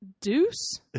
Deuce